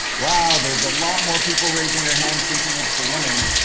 wow, there's a lot more people raising their hand thinking it's a woman.